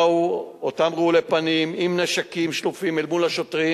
אותם רעולי פנים באו עם נשקים שלופים אל מול השוטרים